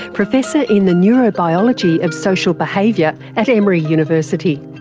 professor in the neurobiology of social behaviour at emory university.